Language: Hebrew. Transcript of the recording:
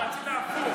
אה, רצית הפוך.